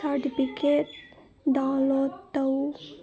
certificate download ꯇꯧ